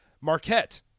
Marquette